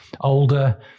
older